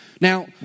Now